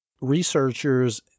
researchers